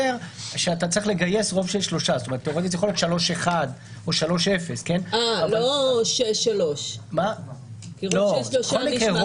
ואתה צריך לגייס רוב של 3. 3-1 או 3-0. בכל מקרה זה רוב,